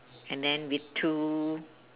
and then with two